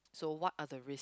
so what are the risks